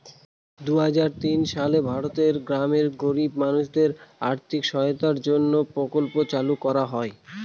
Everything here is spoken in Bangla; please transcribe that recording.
দুই হাজার তিন সালে ভারতের গ্রামের গরিব মানুষদের আর্থিক সহায়তার জন্য প্রকল্প চালু করা হয়